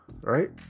right